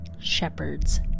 shepherds